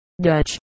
Dutch